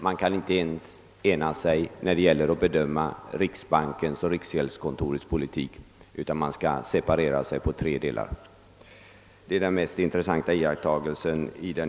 Man kan inte ens ena sig när det gäller att bedöma riksbankens och riksgäldskontorets politik, utan man separerar sig i tre delar.